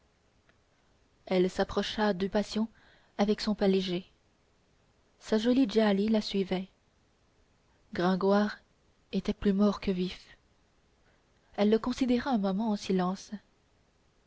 elle s'approcha du patient avec son pas léger sa jolie djali la suivait gringoire était plus mort que vif elle le considéra un moment en silence